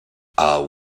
all